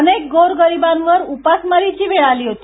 अनेक गोर गरिबांवर उपासमारीची वेळ आली होती